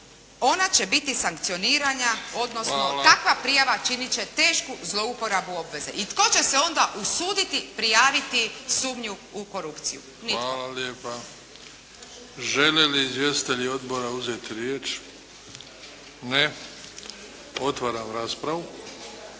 ona će biti sankcionirana, odnosno takva prijava činit će tešku zlouporabu obveze i tko će se onda usuditi prijaviti sumnju u korupciju. Nitko. **Bebić, Luka (HDZ)** Hvala lijepa. Žele li izvjestitelji odbora uzeti riječ? Ne. Otvaram raspravu.